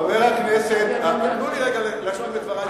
חברי הכנסת, תנו לי רגע להשלים את דברי.